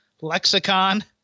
lexicon